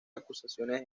acusaciones